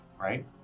right